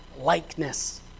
likeness